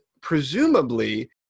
presumably